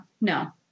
No